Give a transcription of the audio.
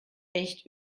echt